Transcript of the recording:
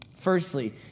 Firstly